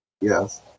Yes